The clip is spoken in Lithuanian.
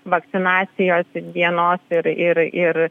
vakcinacijos dienos ir ir